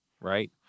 right